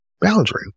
boundary